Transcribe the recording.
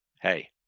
hey